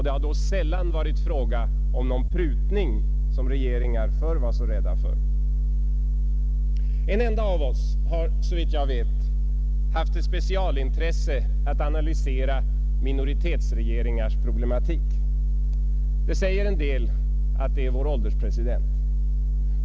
Det har då sällan varit fråga om den prutning som regeringar förr var så rädda för. En enda av oss har — såvitt jag vet — haft till specialintresse att analysera minoritetsregeringars problematik. Det säger något att det är vår ålderspresident.